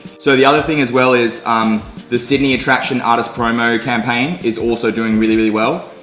so the other thing as well is um the sydney attraction artist promo campaign is also doing really really well.